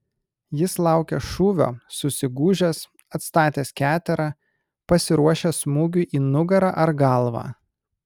jis laukia šūvio susigūžęs atstatęs keterą pasiruošęs smūgiui į nugarą ar galvą